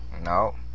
No